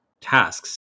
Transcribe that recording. tasks